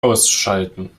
ausschalten